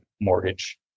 mortgage